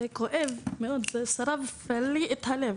זה כואב, זה שרף לי את הלב.